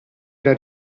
era